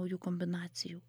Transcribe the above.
naujų kombinacijų